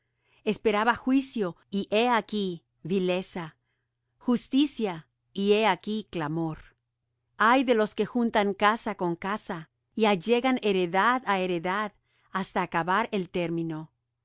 esperaba juicio y he aquí vileza justicia y he aquí clamor ay de los que juntan casa con casa y allegan heredad á heredad hasta acabar el término